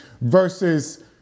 versus